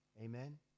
Amen